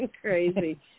crazy